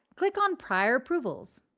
click on prior approvals.